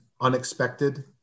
unexpected